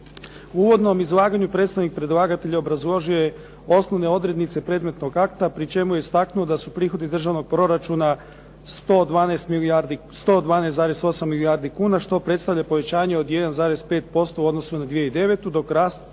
U uvodnom izlaganju predstavnik predlagatelja obrazložio je osnovne odrednice predmetnog akta pri čemu je istaknuo da su prihodi državnog proračuna 112,8 milijardi kuna što predstavlja povećanje od 1,5% u odnosu na 2009. dok rashodi